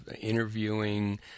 interviewing